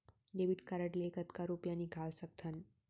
Debit card ले कतका रुपिया निकाल सकथन?